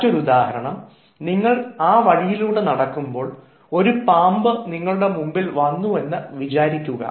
മറ്റൊരുദാഹരണം നിങ്ങൾ ആ വഴിയിലൂടെ നടക്കുമ്പോൾ ഒരു പാമ്പ് നിങ്ങളുടെ മുമ്പിൽ വന്നു എന്ന് വിചാരിക്കുക